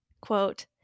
quote